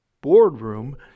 boardroom